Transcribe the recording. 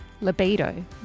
Libido